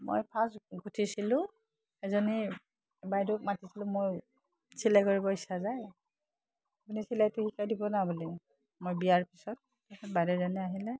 মই ফাৰ্ষ্ট গোঁঠিছিলোঁ এজনী বাইদেউক মাতিছিলোঁ মই চিলাই কৰিব ইচ্ছা যায় আপুনি চিলাইটো শিকাই দিবনে বুলি মই বিয়াৰ পিছত বাইদেউজনী আহিলে